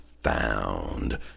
found